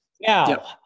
Now